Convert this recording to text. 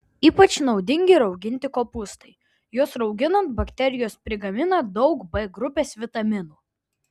ypač naudingi rauginti kopūstai juos rauginant bakterijos prigamina daug b grupės vitaminų